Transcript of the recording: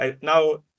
Now